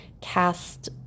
cast